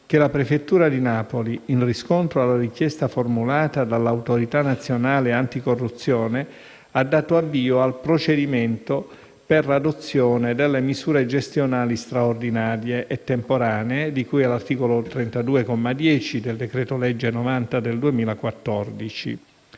che la prefettura di Napoli, in riscontro alla richiesta formulata dall'Autorità nazionale anticorruzione, ha dato avvio al procedimento per l'adozione delle misure gestionali straordinarie e temporanee di cui all'articolo 32, comma 10, del decreto-legge n. 90 del 2014;